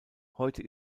heute